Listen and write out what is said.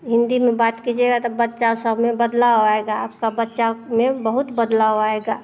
हिन्दी में बात कीजिएगा तब बच्चा सब में बदलाव आएगा आपका बच्चा में बहुत बदलाव आएगा